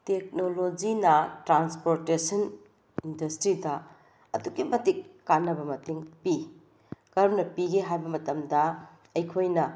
ꯇꯦꯛꯅꯣꯂꯣꯖꯤꯅ ꯇ꯭ꯔꯥꯟꯁꯄꯣꯔꯇꯦꯁꯟ ꯏꯟꯗꯁꯇ꯭ꯔꯤꯗ ꯑꯗꯨꯛꯀꯤ ꯃꯇꯤꯛ ꯀꯥꯟꯅꯕ ꯃꯇꯦꯡ ꯄꯤ ꯀꯔꯝꯅ ꯄꯤꯒꯦ ꯍꯥꯏꯕ ꯃꯇꯝꯗ ꯑꯩꯈꯣꯏꯅ